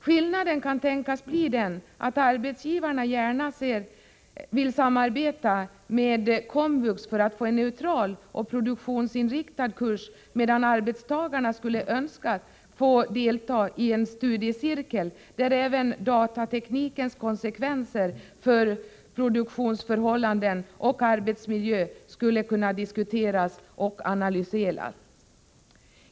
Skillnaden kan tänkas bli den att arbetsgivarna gärna vill samarbeta med komvux för att få en ”neutral” och produktionsinriktad kurs, medan arbetstagarna skulle ha önskat att få delta i en studiecirkel, där även datateknikens konsekvenser för produktionsförhållanden och arbetsmiljö skulle kunna diskuteras och analyseras.